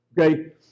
okay